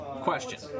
Question